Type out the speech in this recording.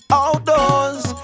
outdoors